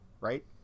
right